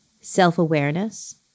self-awareness